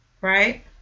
Right